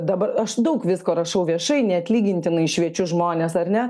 dabar aš daug visko rašau viešai neatlygintinai šviečiu žmones ar ne